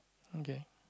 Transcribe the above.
okay